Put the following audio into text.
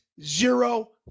zero